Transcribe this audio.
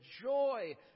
joy